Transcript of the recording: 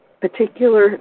particular